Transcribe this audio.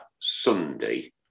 Sunday